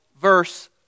verse